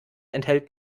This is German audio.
enthält